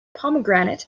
pomegranate